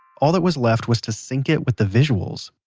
all that was left was to sync it with the visuals.